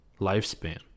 lifespan